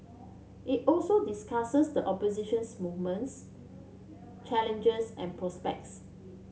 it also discusses the oppositions movement's challenges and prospects